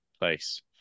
place